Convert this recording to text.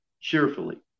cheerfully